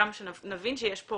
צריך להבין שיש פה